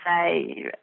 say